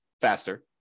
faster